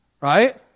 Right